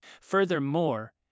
Furthermore